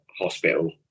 hospital